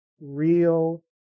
real